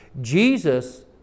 Jesus